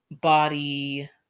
body